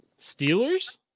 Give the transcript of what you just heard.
Steelers